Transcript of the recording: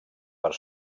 per